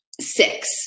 six